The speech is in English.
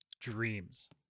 dreams